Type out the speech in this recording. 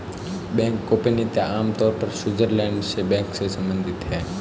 bank गोपनीयता आम तौर पर स्विटज़रलैंड के बैंक से सम्बंधित है